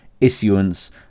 issuance